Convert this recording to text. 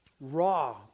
raw